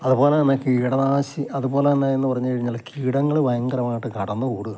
അതുപോലെതന്നെ കീടനാശിനി അതുപോലെതന്നെ എന്നു പറഞ്ഞു കഴിഞ്ഞാൽ കീടങ്ങൾ ഭയങ്കരമായിട്ട് കടന്നു കൂടുകയാണ്